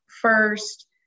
first